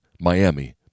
Miami